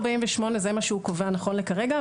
זה מה שסעיף 48 קובע נכון לכרגע,